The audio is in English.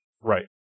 Right